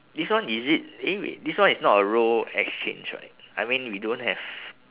this one is it eh wait this one is not a role exchange right I mean we don't have